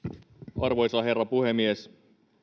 arvoisa herra puhemies